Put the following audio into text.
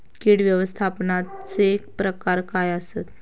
कीड व्यवस्थापनाचे प्रकार काय आसत?